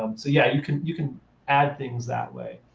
um so yeah, you can you can add things that way.